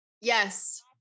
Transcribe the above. Yes